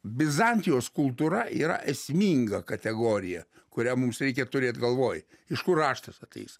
bizantijos kultūra yra esminga kategorija kurią mums reikia turėt galvoj iš kur raštas ateis